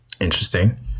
Interesting